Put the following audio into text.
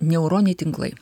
neuroniniai tinklai